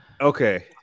Okay